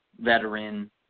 veteran